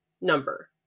number